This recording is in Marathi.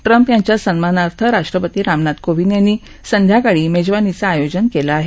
ट्रम्प यांच्या सन्मानार्थ राष्ट्रपती रामनाथ कोविंद यांनी संध्याकाळी मेजवानीचं अयोजन केलं आहे